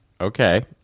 okay